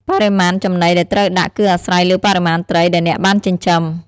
បរិមាណចំណីដែលត្រូវដាក់គឺអាស្រ័យលើបរិមាណត្រីដែលអ្នកបានចិញ្ចឹម។